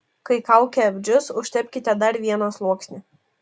kai kaukė apdžius užtepkite dar vieną sluoksnį